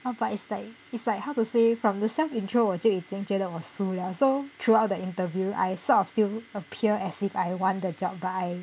oh but it's like it's like how to say from the self intro 我就已经觉得我输了 so throughout the interview I sort of still appear as if I want the job but I